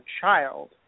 child